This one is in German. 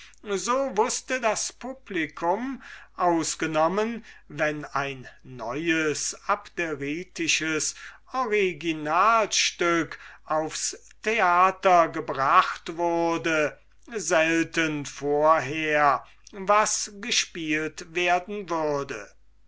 so wußte das publicum ausgenommen wenn ein neues abderitisches originalstück aufs theater gebracht wurde selten vorher was gespielt werden würde